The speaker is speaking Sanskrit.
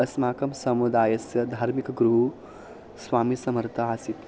अस्माकं समुदायस्य धार्मिकगुरुः स्वामिसमर्थः आसीत्